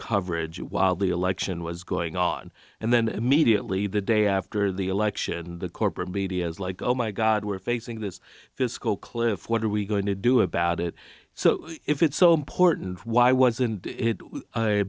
coverage while the election was going on and then immediately the day after the election the corporate media is like oh my god we're facing this fiscal cliff what are we going to do about it so if it's so important why wasn't it a